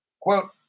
Quote